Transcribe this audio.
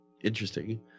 Interesting